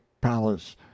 palace